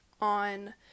on